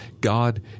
God